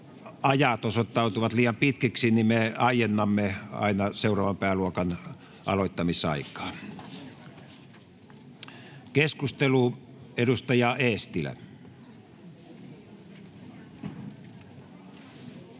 ajat osoittautuvat liian pitkiksi, me aiennamme seuraavan pääluokan aloittamisaikaa. — Keskustelu, edustaja Eestilä.